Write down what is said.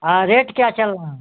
आ rate क्या चल रहा